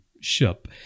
ship